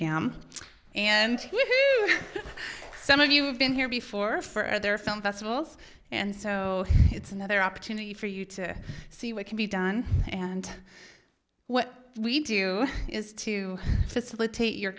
movie and some of you have been here before for their film festivals and so it's another opportunity for you to see what can be done and what we do is to facilitate your